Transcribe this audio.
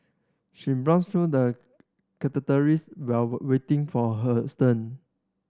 she browsed through the while waiting for hers turn